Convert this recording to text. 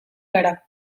gara